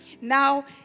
Now